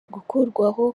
gukurwaho